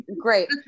Great